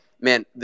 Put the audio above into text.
man